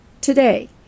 Today